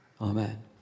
Amen